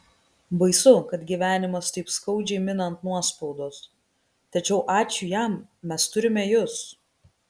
baisu kad gyvenimas taip skaudžiai mina ant nuospaudos tačiau ačiū jam mes turime jus